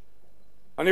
אני רוצה להזכיר,